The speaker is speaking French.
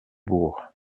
bourg